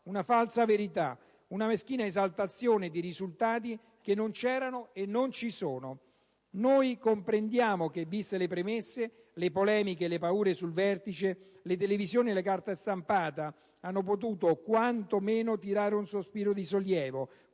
una falsa verità, una meschina esaltazione di risultati che non c'erano e non ci sono. Comprendiamo che, viste le premesse, le polemiche e le paure sul vertice, le televisioni e la carta stampata abbiamo potuto quanto meno tirare un sospiro di sollievo